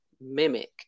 mimic